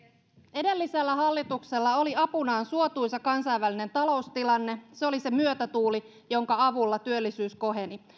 edellisellä hallituksella oli apunaan suotuisa kansainvälinen taloustilanne se oli se myötätuuli jonka avulla työllisyys koheni